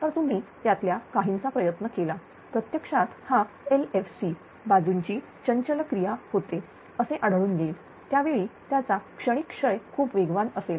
तर तुम्ही त्यातल्या काहींचा प्रयत्न केला प्रत्यक्षात हा LFC बाजूची चंचल क्रिया होते असे आढळून येईल त्यावेळी त्याचा क्षणिक क्षय खूप वेगवान असेल